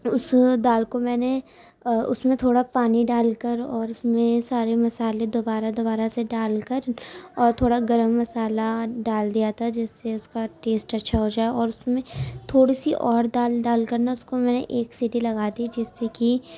اُس دال کو میں نے اُس میں تھوڑا پانی ڈال کر اور اُس میں سارے مسالے دوبارہ دوبارہ سے ڈال کر اور تھوڑا گرم مسالہ ڈال دیا تھا جس سے اُس کا ٹیسٹ اچھا ہو جائے اور اُس میں تھوڑی سی اور دال ڈال کر نا اُس کو میں نے ایک سیٹی لگا دی جس سے کہ